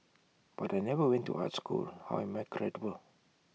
but I never went to art school how am I credible